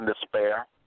despair